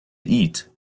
eat